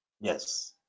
Yes